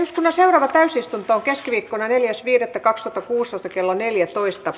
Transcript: uskon asia täysistuntoon keskiviikkona neljäs viidettä kaksi kuusi ti kello neljätoista